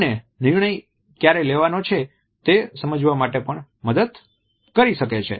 અને નિર્ણય ક્યારે લેવાનો છે તે સમજવામાં પણ મદદ કરી શકે છે